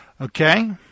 Okay